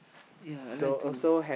yea I like to